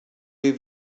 jej